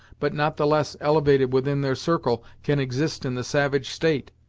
but not the less elevated within their circle can exist in the savage state,